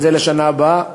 זה לשנה הבאה,